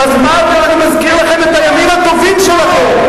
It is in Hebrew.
אנחנו היינו, אני מזכיר לכם את הימים הטובים שלכם.